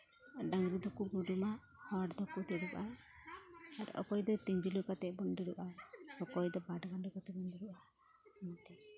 ᱰᱟᱝᱨᱤ ᱫᱚᱠᱚ ᱵᱩᱨᱩᱢᱟ ᱦᱚᱲ ᱫᱚᱠᱚ ᱫᱩᱲᱩᱵᱟ ᱟᱨ ᱚᱠᱚᱭ ᱫᱚ ᱛᱤᱧᱡᱽᱞᱩ ᱠᱟᱛᱮ ᱵᱚᱱ ᱫᱩᱲᱩᱵᱟ ᱟᱨ ᱚᱠᱚᱭ ᱫᱚ ᱯᱟᱴᱜᱟᱰᱚ ᱠᱟᱛᱮ ᱵᱚᱱ ᱫᱩᱲᱩᱵᱼᱟ ᱚᱱᱟᱛᱮ